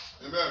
Amen